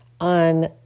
on